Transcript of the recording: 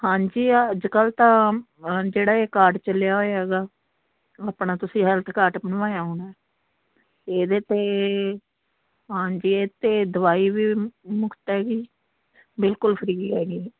ਹਾਂਜੀ ਅੱਜ ਕੱਲ੍ਹ ਤਾਂ ਜਿਹੜਾ ਇਹ ਕਾਰਡ ਚੱਲਿਆ ਹੋਇਆ ਹੈਗਾ ਆਪਣਾ ਤੁਸੀਂ ਹੈਲਥ ਕਾਟ ਬਣਵਾਇਆ ਹੋਣਾ ਇਹਦੇ 'ਤੇ ਹਾਂਜੀ ਇਹਦੇ 'ਤੇ ਦਵਾਈ ਵੀ ਮੁਫਤ ਹੈਗੀ ਬਿਲਕੁਲ ਫਰੀ ਹੈਗੀ